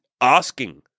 asking